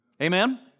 Amen